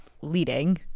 leading